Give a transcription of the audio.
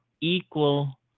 equal